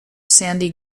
sandy